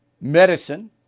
medicine